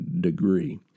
degree